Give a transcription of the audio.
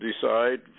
decide